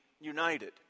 united